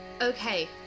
Okay